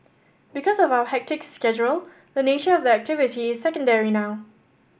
because of our hectic schedule the nature of the activity is secondary now